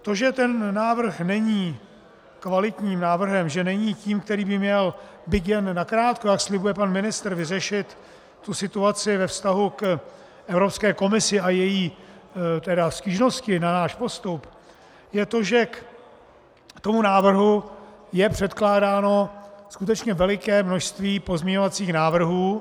To, že ten návrh není kvalitním návrhem, že není tím, který by měl byť jen na krátko, jak slibuje pan ministr, vyřešit situaci ve vztahu k Evropské komisi a její stížnosti na náš postup, je to, že k tomu návrhu je předkládáno skutečně veliké množství pozměňovacích návrhů.